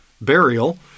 burial